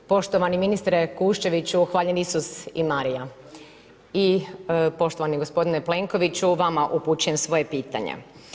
Poštovani ministre Kuščeviću hvaljen Isus i Marija i poštovani gospodine Plenkoviću vama upućujem svoje pitanje.